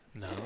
No